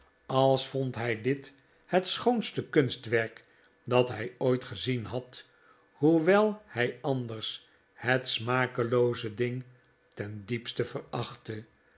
als vond hij dit het schoonste kunstwerk dat hij ooit gezien had hoewel hij anders het smakelooze ding ten diepste verachtte